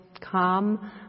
calm